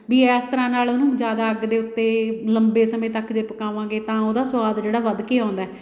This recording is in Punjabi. ਵੀ ਇਸ ਤਰ੍ਹਾਂ ਨਾਲ ਉਹਨੂੰ ਜ਼ਿਆਦਾ ਅੱਗ ਦੇ ਉੱਤੇ ਲੰਬੇ ਸਮੇਂ ਤੱਕ ਜੇ ਪਕਾਵਾਂਗੇ ਤਾਂ ਉਹਦਾ ਸਵਾਦ ਜਿਹੜਾ ਵੱਧ ਕੇ ਆਉਂਦਾ